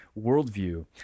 worldview